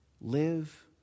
live